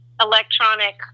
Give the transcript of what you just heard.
electronic